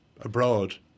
abroad